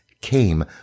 came